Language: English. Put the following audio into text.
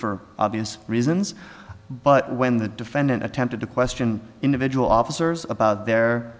for obvious reasons but when the defendant attempted to question individual officers about their